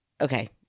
okay